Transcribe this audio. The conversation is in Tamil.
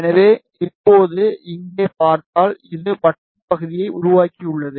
எனவே இப்போது இங்கே பார்த்தால் இது வட்டப் பகுதியை உருவாக்கியுள்ளது